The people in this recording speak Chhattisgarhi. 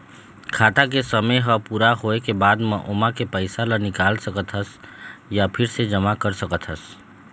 खाता के समे ह पूरा होए के बाद म ओमा के पइसा ल निकाल सकत हस य फिर से जमा कर सकत हस